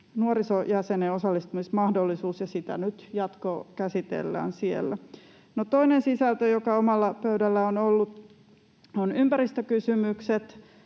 nuorisojäsenen osallistumismahdollisuus, ja sitä nyt jatkokäsitellään siellä. Toinen sisältö, joka omalla pöydälläni on ollut, on ympäristökysymykset.